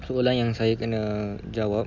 soalan yang saya kena jawab